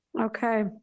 Okay